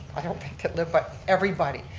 i don't think, that live, but everybody,